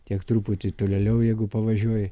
tiek truputį tolėliau jeigu pavažiuoji